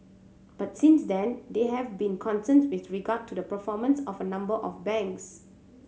but since then there have been concerns with regard to the performance of a number of banks